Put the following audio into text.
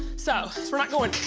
so, we're not going.